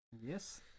Yes